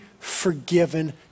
forgiven